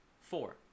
Four